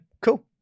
cool